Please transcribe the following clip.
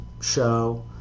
show